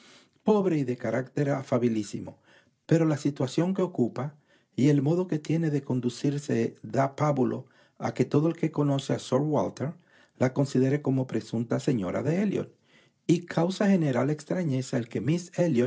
pobre y de carácter afabilísimo pero la situación que ocupa y el modo que tiene de conducirse da pábulo a que todo el que conoce a sir walter la considere como presunta señora de elliot y causa general extrañeza el que